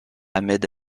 ahmed